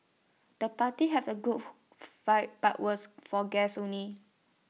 the party have A cool vibe but was for guests only